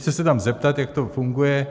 Běžte se tam zeptat, jak to funguje.